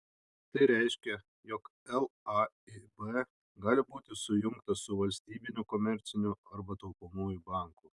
tai reiškia jog laib gali būti sujungtas su valstybiniu komerciniu arba taupomuoju banku